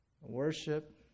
Worship